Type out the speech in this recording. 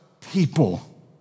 people